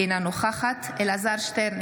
אינה נוכחת אלעזר שטרן,